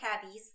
cabbies